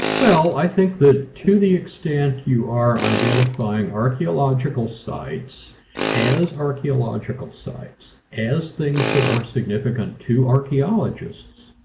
well i think that to the extent you are identifying archaeological sites as archaeological sites, as things that are significant to archaeologists,